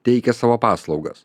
teikia savo paslaugas